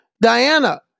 Diana